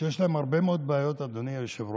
שיש להם הרבה מאוד בעיות, אדוני היושב-ראש.